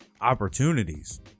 opportunities